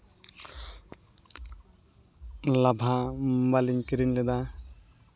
ᱞᱟᱵᱷᱟ ᱢᱳᱵᱟᱭᱤᱞᱤᱧ ᱠᱤᱨᱤᱧ ᱞᱮᱫᱟ